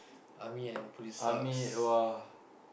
army and police sucks